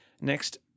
Next